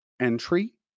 entry